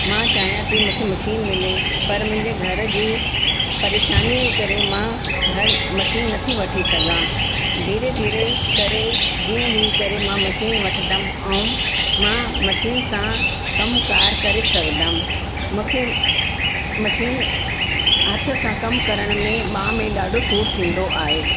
मां चाहियां थी मूंखे मशीन मिले पर मुंहिंजे घर जी परेशानीअ जे करे मां घर मशीन न थी वठी सघां धीरे धीरे करे जीअं बि करे मां मशीन वठंदमि ऐं मां मशीन सां कम कार करे सघंदमि मूंखे मशीन हथ सां कम करण में बांह में ॾाढो सूरु थींदो आहे